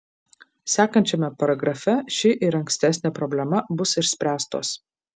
sekančiame paragrafe ši ir ankstesnė problema bus išspręstos